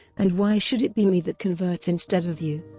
and why should it be me that converts instead of you?